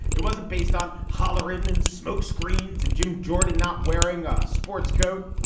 it wasn't based on holleran and smokescreens and jim jordan not wearing a sports coat.